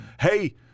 Hey